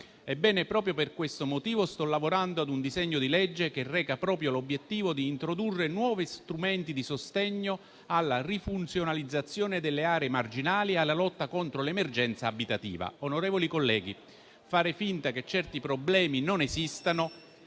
di povertà. Per questo motivo sto lavorando ad un disegno di legge che reca proprio l'obiettivo di introdurre nuovi strumenti di sostegno alla rifunzionalizzazione delle aree marginali e alla lotta contro l'emergenza abitativa. Onorevoli colleghi, fare finta che certi problemi non esistano,